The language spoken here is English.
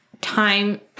time